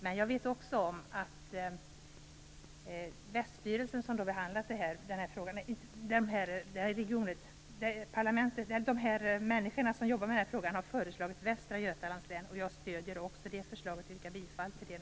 Men jag vet också om att de som jobbat med frågan har föreslagit att länet skall heta Västra Götalands län, ett förslag som jag stöder och yrkar bifall till.